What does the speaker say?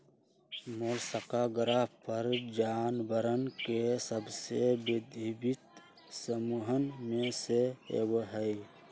Mollusca ग्रह पर जानवरवन के सबसे विविध समूहन में से एक हई